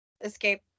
escape